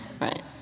Right